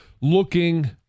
looking